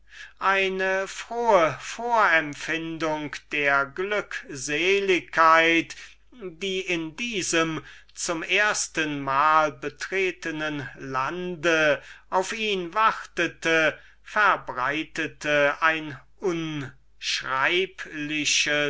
ein frohes ahnendes erwarten der glückseligkeit die in diesem zum erstenmal betretenen lande auf ihn wartete verbreitete eine